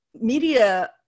media